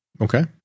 Okay